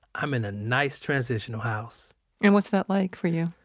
i'm in a nice transitional house and what's that like for you?